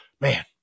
man